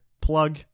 Plug